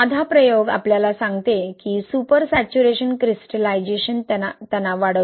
साधा प्रयोग आपल्याला सांगते की सुपर सॅच्युरेशन क्रिस्टलायझेशन तणाव वाढवते